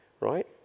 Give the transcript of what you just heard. right